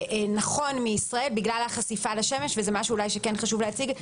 נכון מישראל בגלל החשיפה לשמש וחשוב להציג את